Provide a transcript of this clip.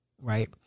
right